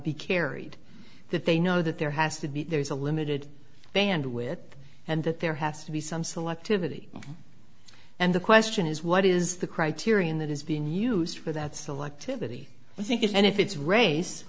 be carried that they know that there has to be there is a limited bandwidth and that there has to be some selective ity and the question is what is the criterion that is being used for that selectivity i think it's and if it's race